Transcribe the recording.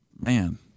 Man